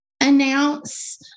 announce